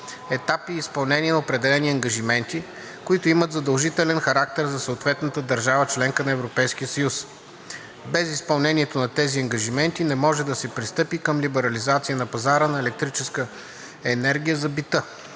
етапи и изпълнение на определени ангажименти, които имат задължителен характер за съответната държава – членка на Европейския съюз. Без изпълнението на тези ангажименти не може да се пристъпи към либерализация на пазара на електрическата енергия за бита.